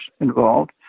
involved